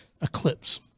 eclipse